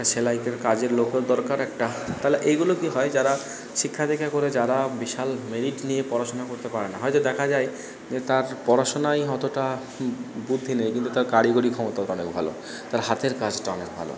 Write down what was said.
একটা সেলাইকের কাজের লোকরও দরকার একটা তাহলে এইগুলো কী হয় যারা শিক্ষাদীক্ষা করে যারা বিশাল মেরিট নিয়ে পড়াশোনা করতে পারে না হয়তো দেখা যায় যে তার পড়াশোনায় অতটা বুদ্ধি নেই কিন্তু তার কারিগরি ক্ষমতাটা অনেক ভালো তার হাতের কাজটা অনেক ভালো